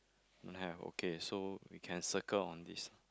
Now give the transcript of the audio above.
don't have okay so we can circle on this